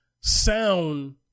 sound